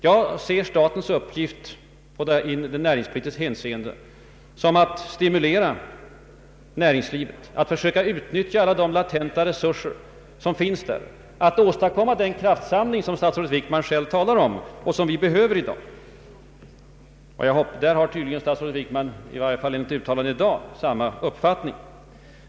Jag anser statens uppgift beträffande näringslivet är att stimulera det att utnyttja alla de latenta resurser som finns och att åstadkomma den kraftsamling — statsrådet Wickman har själv talat om den — som vi i dag behöver. I det hänseendet säger sig statsrådet Wickman nu ha samma uppfattning som jag.